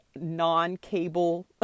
non-cable